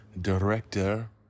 director